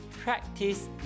Practice